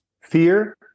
fear